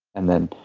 and then